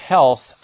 Health